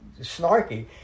snarky